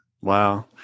Wow